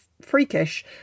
freakish